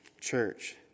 church